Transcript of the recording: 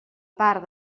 part